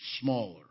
smaller